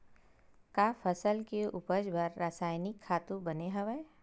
का फसल के उपज बर रासायनिक खातु बने हवय?